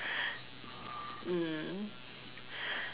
mm